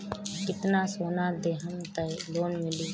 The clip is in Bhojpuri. कितना सोना देहम त लोन मिली?